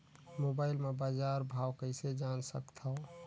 Mobile म बजार भाव कइसे जान सकथव?